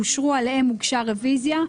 יהיה אפשר לנמק רוויזיות?